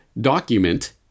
document